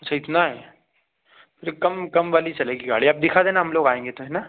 अच्छा इतना है मुझे कम कम वाली चलेगी गाड़ी आप दिखा देना हम लोग आएंगे तो है ना